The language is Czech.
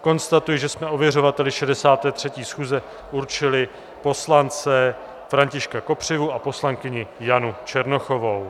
Konstatuji, že jsme ověřovateli 63. schůze určili poslance Františka Kopřivu a poslankyni Janu Černochovou.